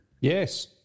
Yes